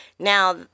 Now